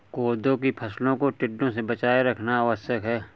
कोदो की फसलों को टिड्डों से बचाए रखना आवश्यक है